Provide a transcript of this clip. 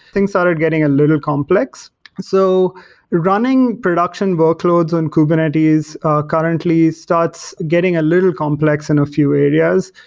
things started getting a little complex so running production workloads on kubernetes currently starts getting a little complex in a few areas.